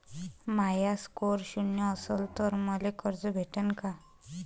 माया score शून्य असन तर मले कर्ज भेटन का?